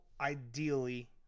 ideally